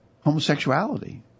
homosexuality